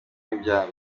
ntibyaba